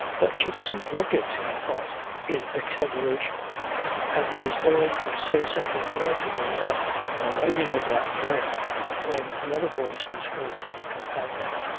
but she doesn't look it, he thought in extenuation and was going to say something more to her about the lighting of that flare when another voice was heard in the companion,